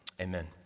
Amen